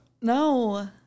No